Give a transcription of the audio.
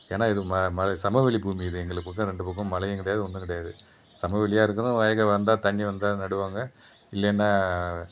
ஏன்னா இது ம ம சமவெளி பூமி இது எங்களுக்கு ரெண்டு பக்கமும் மலையும் கிடையாது ஒன்றும் கிடையாது சமவெளியாக இருக்கணும் வயக வந்தா தண்ணி வந்தால் நடுவாங்க இல்லைன்னா